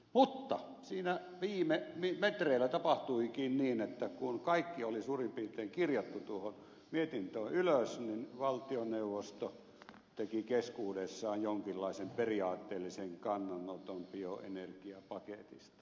mutta siinä viime metreillä tapahtuikin niin että kun kaikki oli suurin piirtein kirjattu tuohon mietintöön ylös niin valtioneuvosto teki keskuudessaan jonkinlaisen periaatteellisen kannanoton bioenergiapaketista